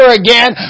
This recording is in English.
again